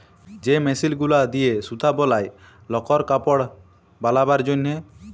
যে মেশিল গুলা দিয়ে সুতা বলায় লকর কাপড় বালাবার জনহে